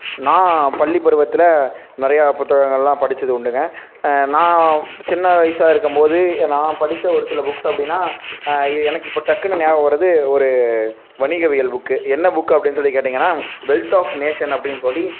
நான் பள்ளிப்பருவத்தில் நிறையா புத்தகங்கள்லாம் படித்தது உண்டுங்க நான் சின்ன வயசா இருக்கும்போது நான் படித்த ஒரு சில புக்ஸ் அப்படின்னா ஏ எனக்கு இப்போ டக்குன்னு ஞாபகம் வரது ஒரு வணிகவியல் புக்கு என்ன புக்கு அப்படின்னு சொல்லி கேட்டிங்கன்னால் வெல்த் ஆஃப் நேஷன் அப்படின்னு சொல்லி